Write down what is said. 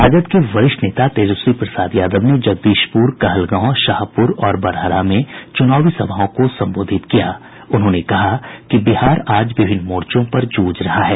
राजद के वरिष्ठ नेता तेजस्वी प्रसाद यादव ने जगदीशपुर कहलगांव शाहपुर और बड़हरा में चुनावी सभाओं को संबोधित करते हुये कहा कि बिहार आज विभिन्न मोर्चों पर जूझ रहा है